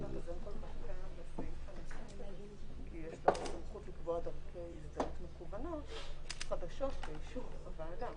--- כי יש להם זכות לקבוע דרכי אימות מקוונות חדשות באישור הוועדה.